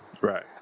Right